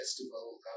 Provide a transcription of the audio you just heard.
festival